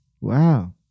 wow